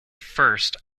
first